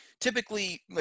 typically